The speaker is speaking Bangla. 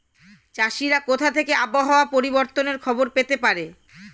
চাষিরা কোথা থেকে আবহাওয়া পরিবর্তনের খবর পেতে পারে?